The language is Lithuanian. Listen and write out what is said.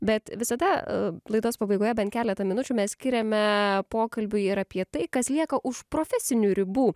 bet visada laidos pabaigoje bent keletą minučių mes skiriame pokalbiui ir apie tai kas lieka už profesinių ribų